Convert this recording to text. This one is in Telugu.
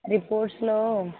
రిపోర్ట్స్లో